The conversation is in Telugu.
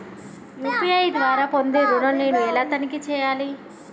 యూ.పీ.ఐ ద్వారా పొందే ఋణం నేను ఎలా తనిఖీ చేయాలి?